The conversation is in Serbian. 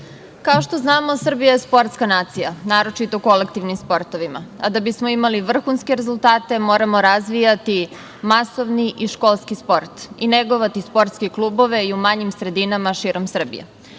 što znamo Srbija je sportska nacija, naročito u kolektivnim sportovima, a da bismo imali vrhunske rezultate, moramo razvijati masovni i školski sport i negovati sportske klubove i u manjim sredinama širom